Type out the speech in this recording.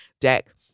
deck